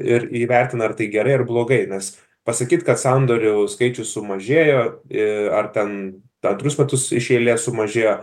ir įvertina ar tai gerai ar blogai nes pasakyt kad sandorių skaičius sumažėjo ir ar ten antrus metus iš eilės sumažėjo